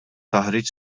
taħriġ